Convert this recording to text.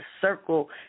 circle